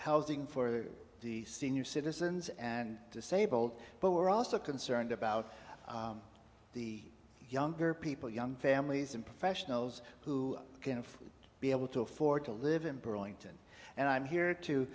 housing for the senior citizens and disabled but we're also concerned about the younger people young families and professionals who can be able to afford to live in burlington and i'm here to